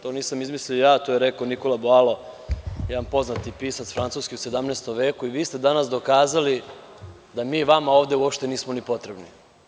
To nisam izmislio ja, to je rekao Nikola Boalo, jedan poznati pisac Francuske, u 17. veku i vi ste danas dokazali da mi vama ovde uopšte nismo ni potrebni.